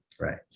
right